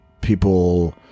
people